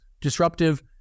disruptive